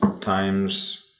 times